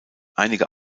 einige